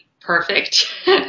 perfect